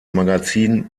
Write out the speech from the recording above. magazin